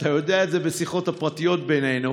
אתה יודע את זה מהשיחות הפרטיות בינינו,